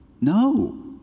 No